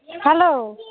hello